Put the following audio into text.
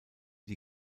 die